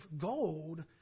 gold